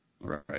Right